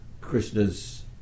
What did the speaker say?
Krishna's